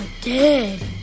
dead